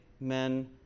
men